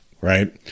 right